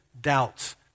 doubts